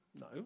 No